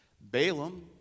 Balaam